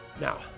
Now